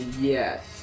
Yes